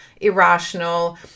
irrational